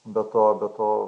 be to be to